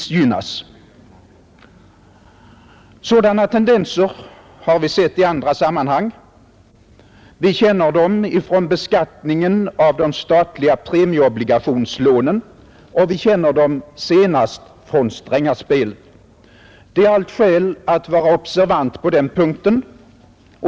Sådana tendenser har vi sett i andra sammanhang. Vi känner dem från beskattningen av de statliga premieobligationslånen och vi känner dem senast från Strängaspelet. Det är allt skäl att vara observant på den punkten.